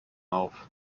auf